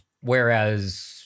Whereas